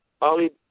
Ali